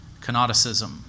canonicism